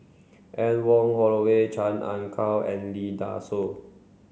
Anne Wong Holloway Chan Ah Kow and Lee Dai Soh